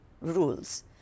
rules